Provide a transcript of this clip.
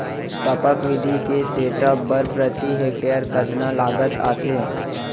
टपक विधि के सेटअप बर प्रति हेक्टेयर कतना लागत आथे?